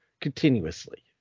continuously